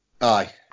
Aye